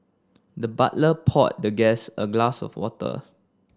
the butler poured the guest a glass of water